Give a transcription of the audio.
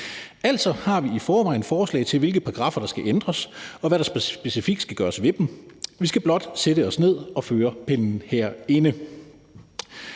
Altså har vi i forvejen forslag til, hvilke paragraffer der skal ændres, og hvad der specifikt skal gøres ved dem. Vi skal blot sætte os ned og føre pennen herinde.